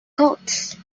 codes